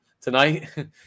tonight